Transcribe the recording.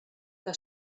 que